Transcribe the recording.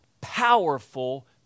powerful